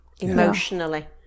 emotionally